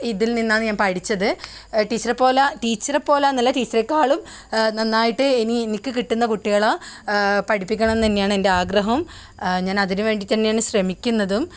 ഇതിൽ നിന്നാണ് ഞാൻ പഠിച്ചത് ടീച്ചറെ പോല ടീച്ചറെ പോലെയെന്നല്ല ടീച്ചറെക്കാളും നന്നായിട്ട് ഇനി എനിക്ക് കിട്ടുന്ന കുട്ടികളെ പഠിപ്പിക്കണം തന്നെയാണ് എൻ്റെ ആഗ്രഹം ഞാൻ അതിന് വേണ്ടി തന്നെയാണ് ശ്രമിക്കുന്നതും